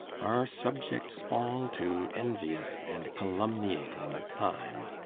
are subjects all to envious and calumniating time.